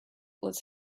was